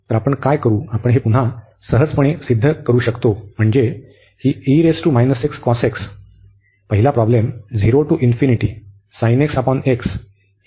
तर आपण काय करू आपण हे पुन्हा सहजपणे सिद्ध करू शकतो म्हणजे ही cos x पहिला प्रॉब्लेम होता